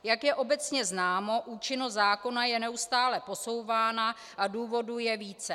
Jak je obecně známo, účinnost zákona je neustále posouvána a důvodů je více.